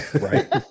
Right